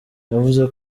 yavuze